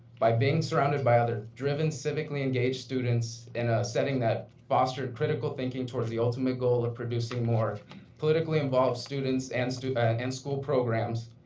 by being surrounded by other driven, civically-engaged students in a setting that fostered critical thinking towards the ultimate goal of producing more politically-involved students and ah and school programs,